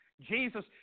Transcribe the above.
Jesus